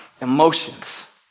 emotions